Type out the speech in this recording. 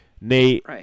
Nate